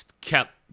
kept